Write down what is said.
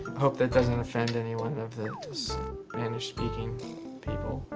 hope that doesn't offend anyone of the spanish speaking people.